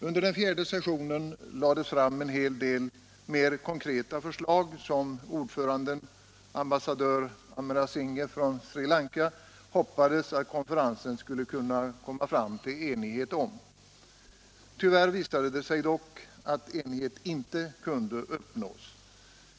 Under den fjärde sessionen framlades en hel del mera konkreta förslag, som ordföranden, ambassadör Amerasinghe från Sri Lanka, hoppades att konferensen skulle kunna komma till enighet om. Tyvärr visade det sig dock att enighet inte kunde uppnås.